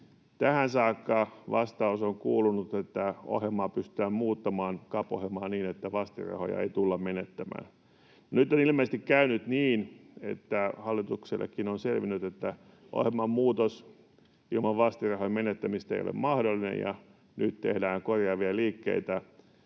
Tähän saakka vastaus on kuulunut, että CAP-ohjelmaa pystytään muuttamaan niin, että vastinrahoja ei tulla menettämään. Nyt on ilmeisesti käynyt niin, että hallituksellekin on selvinnyt, että ohjelman muutos ilman vastinrahojen menettämistä ei ole mahdollinen, ja nyt tehdään korjaavia liikkeitä.